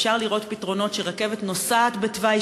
אפשר לראות פתרונות שרכבת נוסעת בתוואים